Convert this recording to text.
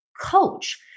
coach